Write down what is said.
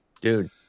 Dude